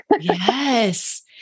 yes